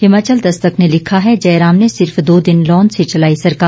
हिमाचल दस्तक ने लिखा है जयराम ने सिर्फ दो दिन लॉन से चलाई सरकार